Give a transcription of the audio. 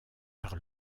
par